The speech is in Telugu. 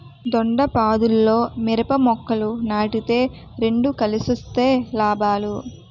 దొండపాదుల్లో మిరప మొక్కలు నాటితే రెండు కలిసొస్తే లాభాలు